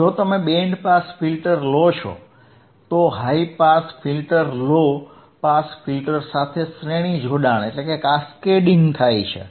જો તમે band pass filter લો છો તો high pass filter low pass filter સાથે શ્રેણી જોડાણ થાય છે